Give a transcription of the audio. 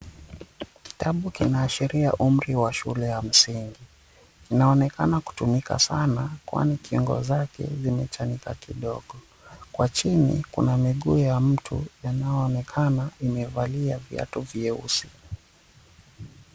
Kitabu kinaashiria umri wa shule ya msingi. Kinaonekana kutumika sana, kwani kingo zake zimechanika kidogo. Kwa chini, kuna miguu ya mtu yanayoonekana imevalia viatu vyeusi.